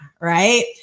right